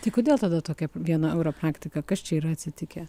tai kodėl tada tokia viena euro praktika kas čia yra atsitikę